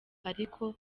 ariko